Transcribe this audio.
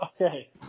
Okay